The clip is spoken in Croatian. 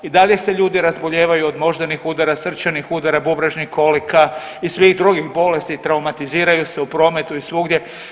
I dalje se ljudi razbolijevaju od moždanih udara, srčanih udara, bubrežnih kolika i svih drugih bolesti, traumatiziraju se u prometu i svugdje.